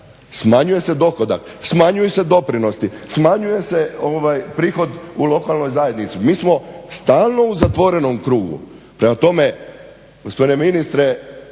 Smanjuje se dohodak, smanjuju se doprinosi, smanjuje se prihod u lokalnu zajednicu. Mi smo stalno u zatvorenom krugu. Prema tome, gospodine ministre